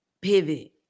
pivot